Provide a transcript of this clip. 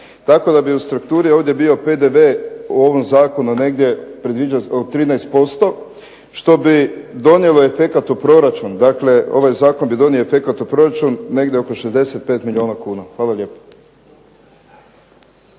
Tako da bi u strukturi ovdje bio PDV u ovom Zakonu negdje predviđen od 13% što bi donijelo efekat u proračun. Dakle, ovaj Zakon bi donio efekat u proračun negdje oko 65 milijuna kuna. Hvala lijepo.